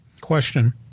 Question